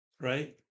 right